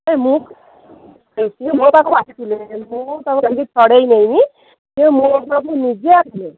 ଏ ମୁଁ ସିଏ ମୋ ପାଖକୂ ଆସିଥିଲେ ମୁଁ ତାଙ୍କୁ ଛଡ଼ାଇ ନେଇନି ସିଏ ମୋ ପାଖକୂ ନିଜେ ଆସିଥିଲେ